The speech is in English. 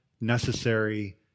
necessary